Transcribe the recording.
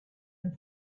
and